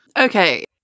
Okay